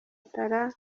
tara